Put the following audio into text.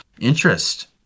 interest